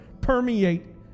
permeate